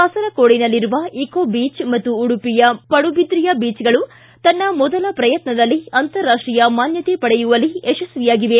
ಕಾಸರಕೋಡಿನಲ್ಲಿರುವ eco beach ಪಾಗೂ ಉಡುಪಿಯ ಪಡುಬಿದ್ರಿಯ ಬೀಚ್ಗಳು ತನ್ನ ಮೊದಲ ಪ್ರಯತ್ನದಲ್ಲೇ ಅಂತರಾಷ್ಷೀಯ ಮಾನ್ನತೆ ಪಡೆಯುವಲ್ಲಿ ಯಶಸ್ವಿಯಾಗಿವೆ